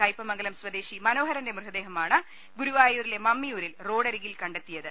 കയ്പമംഗലം സ്വദേശി മനോ ഹരന്റെ മൃതദേഹമാണ് ഗുരുവായൂരിലെ മമ്മിയൂരിൽ റോഡരികി ൽ കണ്ടെത്തിയത്